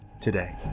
today